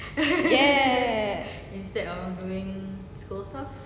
yes